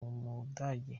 umudage